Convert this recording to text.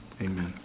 Amen